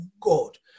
God